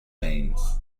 veins